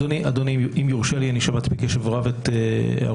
אדוני, אם יורשה לי, שמעתי בקשב רב את הערותייך.